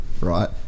right